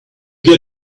get